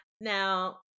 Now